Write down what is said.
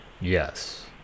Yes